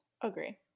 Agree